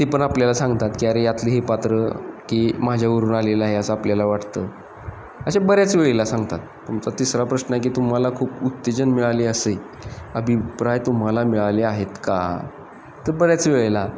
ते पण आपल्याला सांगतात की अरे यातलं हे पात्र की माझ्यावरून आलेलं आहे असं आपल्याला वाटतं असे बऱ्याच वेळेला सांगतात तुमचा तिसरा प्रश्न आहे की तुम्हाला खूप उत्तेजन मिळाली असे अभिप्राय तुम्हाला मिळाले आहेत का तर बऱ्याच वेळेला